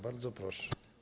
Bardzo proszę.